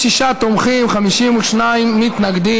26 תומכים, 52 מתנגדים.